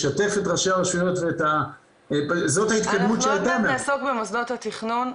לשתף את ראשי הרשויות ואת --- אנחנו עוד מעט נעסוק במוסדות התכנון,